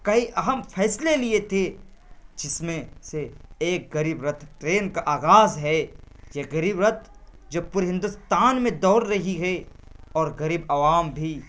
کئی اہم فیصلے لیے تھے جس میں سے ایک غریب رتھ ٹرین کا آغاز ہے کہ غریب رتھ جو پورے ہندوستان میں دوڑ رہی ہے اور غریب عوام بھی